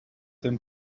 them